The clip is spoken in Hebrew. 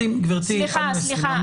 סליחה,